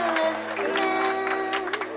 listening